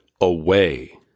away